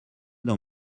dans